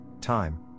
time